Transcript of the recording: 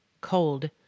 cold